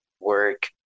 work